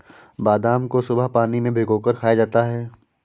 बादाम को सुबह पानी में भिगोकर खाया जाता है